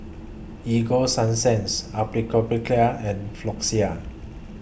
Ego Sunsense Atopiclair and Floxia